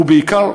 ובעיקר,